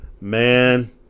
Man